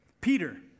Peter